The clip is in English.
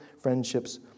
friendships